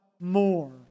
more